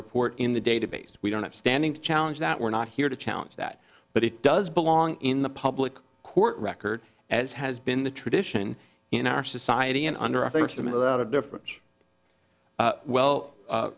report in the database we don't have standing to challenge that we're not here to challenge that but it does belong in the public court record as has been the tradition in our society and under i think from a lot of different well